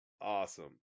Awesome